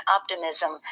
optimism